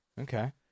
Okay